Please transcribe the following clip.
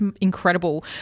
incredible